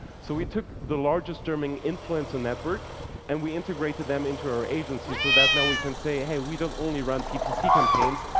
so we took the largest terming influencer network and we integrated them into our agency so that now we can say, hey we don't only run ppc campaigns,